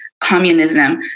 communism